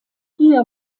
hier